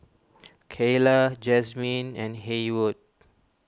Keyla Jazmyn and Haywood